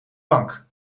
bank